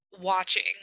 watching